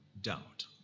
doubt